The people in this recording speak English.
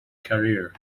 career